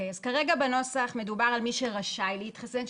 כרגע בנוסח מדובר על מי שרשאי להתחסן,